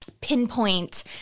pinpoint